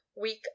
week